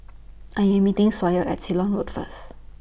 I Am meeting Sawyer At Ceylon Road First